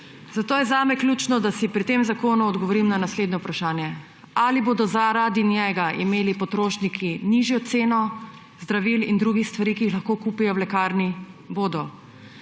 zato je zame ključno, da si pri tem zakonu odgovorim na naslednje vprašanje. Ali bodo zaradi njega imeli potrošniki nižjo ceno zdravil in drugih stvari, ki jih lahko kupijo v lekarni? Bodo.